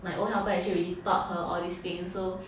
my old helper actually already taught her all these things so